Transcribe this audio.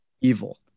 evil